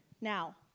now